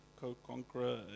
co-conqueror